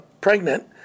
pregnant